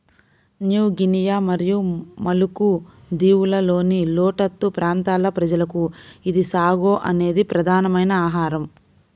new Guinea మరియు Maluku దీవులలోని లోతట్టు ప్రాంతాల ప్రజలకు ఇది సాగో అనేది ప్రధానమైన ఆహారం